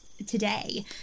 today